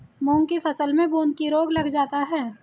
मूंग की फसल में बूंदकी रोग लग जाता है